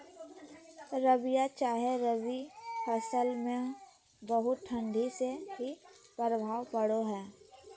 रबिया चाहे रवि फसल में बहुत ठंडी से की प्रभाव पड़ो है?